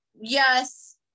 yes